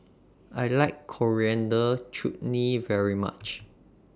I like Coriander Chutney very much